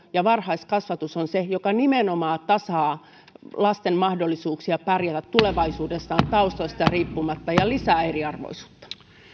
ja varhaiskasvatus on se joka nimenomaan tasaa lasten mahdollisuuksia pärjätä tulevaisuudessa taustoista riippumatta ja vähentää eriarvoisuutta